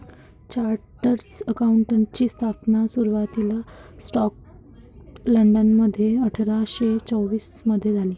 chartered अकाउंटंटची स्थापना सुरुवातीला स्कॉटलंडमध्ये अठरा शे चौवन मधे झाली